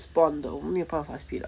born though 我没有办法 speed up